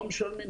לא משלמים,